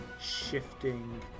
shifting